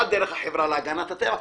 אחד דרך החברה להגנת הטבע.